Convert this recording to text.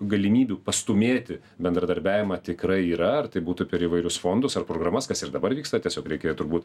galimybių pastūmėti bendradarbiavimą tikrai yra ar tai būtų per įvairius fondus ar programas kas ir dabar vyksta tiesiog reikia turbūt